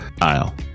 aisle